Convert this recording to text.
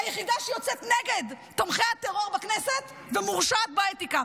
היחידה שיוצאת נגד תומכי הטרור בכנסת ומורשעת באתיקה.